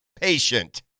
patient